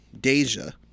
Deja